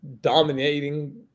dominating